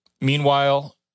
Meanwhile